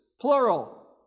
plural